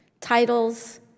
Titles